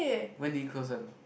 when did it close one